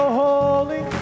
holy